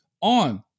on